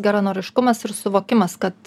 geranoriškumas ir suvokimas kad